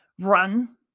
run